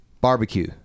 Barbecue